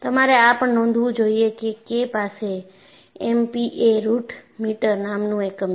તમારે આ પણ નોંધવું જોઈએ કે K પાસે એમપીએ રૂટ મીટર નામનું એકમ છે